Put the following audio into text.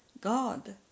God